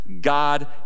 God